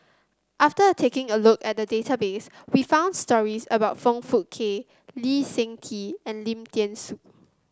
after taking a look at the database we found stories about Foong Fook Kay Lee Seng Tee and Lim Thean Soo